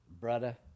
Brother